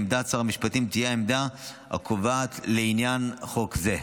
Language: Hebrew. עמדת שר המשפטים תהיה העמדה הקובעת לעניין חוק זה.